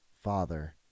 father